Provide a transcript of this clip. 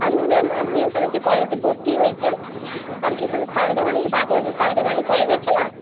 আপনি ম্যাম আপনি ওখানে যে কলেজে ভর্তি হয়েছেন আর কি ওখানে সারদামণি যে বাঁকুড়ার যে সারদামণি কলেজ আছে না